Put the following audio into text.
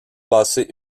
passé